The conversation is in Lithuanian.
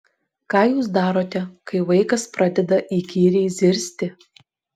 ką jūs darote kai vaikas pradeda įkyriai zirzti